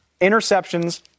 interceptions